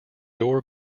door